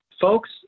Folks